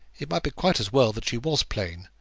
it might be quite as well that she was plain,